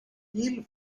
eel